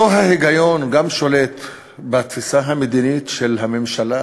אותו ההיגיון גם שולט בתפיסה המדינית של הממשלה,